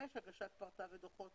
הגשת פרטה ודוחות.